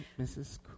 Mrs